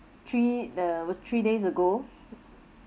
three the were three days ago